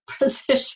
position